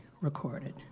recorded. ¶¶